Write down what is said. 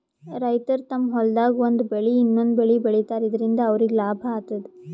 ರೈತರ್ ತಮ್ಮ್ ಹೊಲ್ದಾಗ್ ಒಂದ್ ಬೆಳಿ ಇನ್ನೊಂದ್ ಬೆಳಿ ಬೆಳಿತಾರ್ ಇದರಿಂದ ಅವ್ರಿಗ್ ಲಾಭ ಆತದ್